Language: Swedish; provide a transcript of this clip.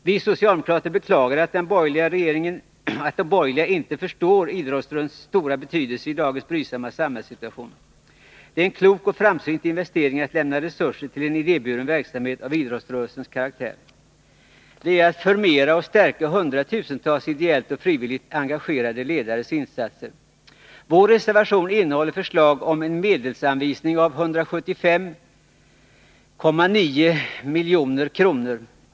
Vi socialdemokrater beklagar att de borgerliga inte förstår idrottens stora betydelse i dagens brydsamma samhällssituation. Det är en klok och framsynt investering att lämna resurser till en idéburen verksamhet av idrottsrörelsens karaktär. Det är att förmera och stärka hundratusentals ideellt och frivilligt engagerade ledares insatser. Vår reservation innehåller förslag om en medelsanvisning av 176 milj.kr.